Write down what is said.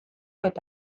eta